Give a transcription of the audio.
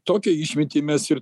tokią išmintį mes ir